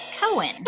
Cohen